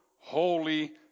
holy